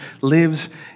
lives